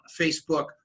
Facebook